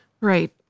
right